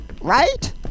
right